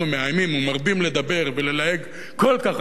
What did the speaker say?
לדבר וללהג כל כך הרבה על הנושא הזה,